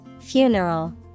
Funeral